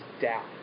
doubt